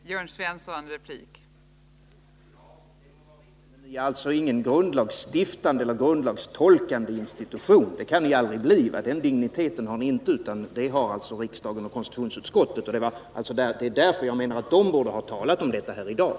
Fru talman! Det kan vara riktigt i och för sig. Men den är ingen grundlagsstiftande eller grundlagstolkande institution. Det kan den aldrig bli. Den digniteten har ni inte, utan det har ju riksdagen och konstitutionsutskottet. Det är därför jag menar att man från konstitutionsutskottet borde ha talat om detta här i dag.